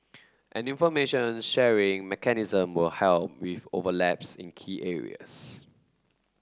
an information sharing mechanism will help with overlaps in key areas